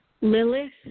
Lilith